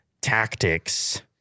tactics